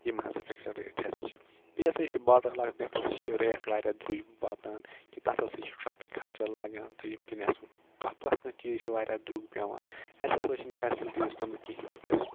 یم ہَسا fixed rate ہَسا چھِ بیٚیہ ہَسا چھِ باڈَر عَلاقہٕ یتھ ہَسا چھِ ریٹ وارِیاہ درٛوج واتان کہِ تَتھ ہَسا چھِ ٹَریفِک خَرچہِ تہِ لَگان تہٕ ییٚمہِ کِنۍ اَسہِ سُہ کانٛہہ پرٮ۪تھ کانٛہہ چیز وارِیاہ درٛوگ پیٚوان اَسہِ ہَسا چھنہٕ فیسَلٹیز تِم کیٚنٛہہ یتھ پٲٹھۍ اَسہِ